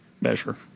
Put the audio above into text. measure